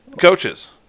coaches